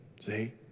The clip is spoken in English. See